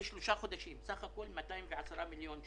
לשלושה חודשים זה יוצא 210 מיליון שקל.